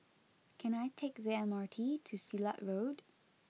can I take the M R T to Silat Road